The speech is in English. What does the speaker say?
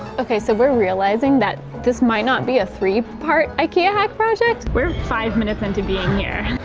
okay so, we're realizing that, this might not be a three-part ikea hack project. we're five minutes into being here.